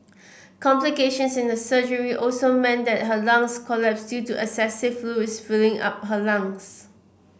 complications in the surgery also meant that her lungs collapsed due to excessive fluids filling up her lungs